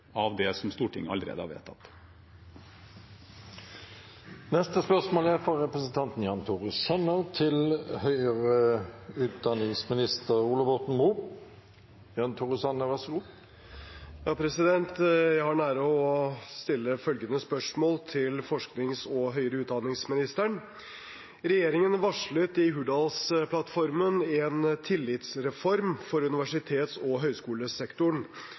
av det Stortinget allerede har vedtatt. Jeg har den ære å stille følgende spørsmål til forsknings- og høyere utdanningsministeren: «Regjeringen varslet i Hurdalsplattformen en tillitsreform for universitets- og høyskolesektoren, men i statsrådens første uttalelser melder han nå at institusjonene vil få strammere politiske rammer og